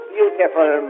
Beautiful